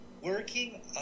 working